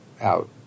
out